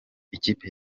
ikipe